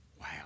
Wow